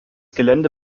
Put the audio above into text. gelände